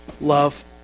love